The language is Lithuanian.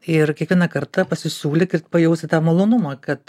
ir kiekvieną kartą pasisiūlyk ir pajausi tą malonumą kad